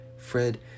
Fred